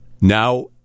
now